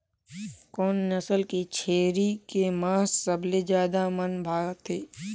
कोन नस्ल के छेरी के मांस सबले ज्यादा मन भाथे?